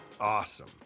Awesome